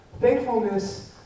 thankfulness